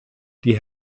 die